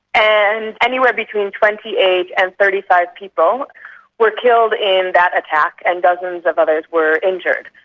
and anywhere between twenty eight and thirty five people were killed in that attack, and dozens of others were injured.